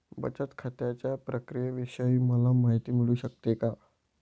बचत खात्याच्या प्रक्रियेविषयी मला माहिती मिळू शकते का?